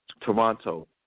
toronto